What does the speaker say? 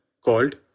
called